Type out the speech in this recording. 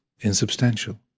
insubstantial